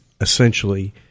essentially